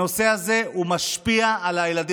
הנושא הזה משפיע על הילדים,